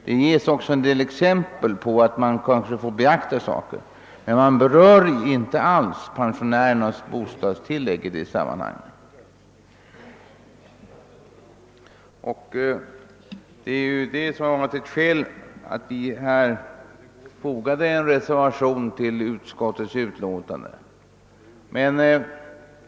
Det ges också en del exempel på vad man skall beakta, men pensionärernas bostadstillägg nämns inte alls i sammanhanget, och detta är skälet till att det fogats en reservation till utskottets utlåtande.